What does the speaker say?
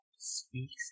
speaks